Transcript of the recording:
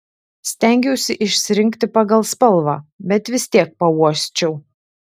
stengiausi išsirinkti pagal spalvą bet vis tiek pauosčiau